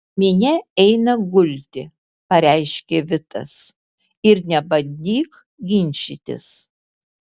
minia eina gulti pareiškė vitas ir nebandyk ginčytis